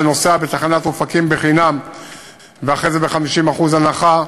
נוסע לתחנת אופקים בחינם ואחרי זה ב-50% הנחה,